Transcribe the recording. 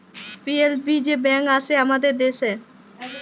PLB যে bank আসে হামাদের দ্যাশে